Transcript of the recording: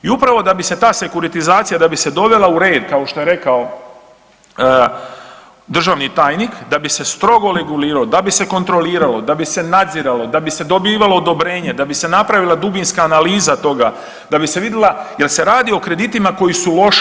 I upravo da bi se ta sekuritizacija da bi se dovela u red kao što je rekao državni tajnik, da bi se strogo regulirao, da bi se kontroliralo, da bi se nadziralo, da bi se dobivalo odobrenje, da bi se napravila dubinska analiza toga, da bi se vidjela jer se radi o kreditima koji su loši.